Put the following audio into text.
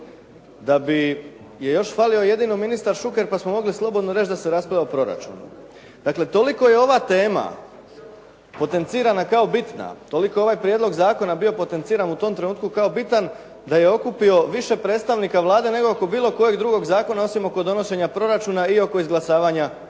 da bi još falio jedino ministar Šuker pa smo mogli slobodno reći da se raspravlja o proračunu. Dakle, toliko je ova tema potencirana kao bitna, toliko je ovaj prijedlog zakona bio potenciran u tom trenutku kao bitan da je okupio više predstavnika Vlade nego oko bilo kojeg drugog zakona osim oko donošenja proračuna i oko izglasavanja povjerenja